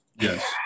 Yes